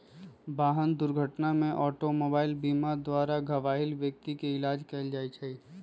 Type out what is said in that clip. वाहन दुर्घटना में ऑटोमोबाइल बीमा द्वारा घबाहिल व्यक्ति के इलाज कएल जाइ छइ